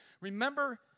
Remember